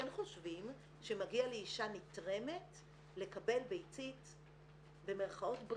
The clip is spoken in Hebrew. חושבים שמגיע לאישה נתרמת לקבל ביצית "בריאה",